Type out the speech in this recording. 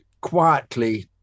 quietly